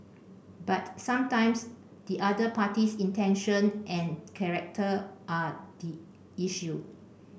but sometimes the other party's intention and character are the issue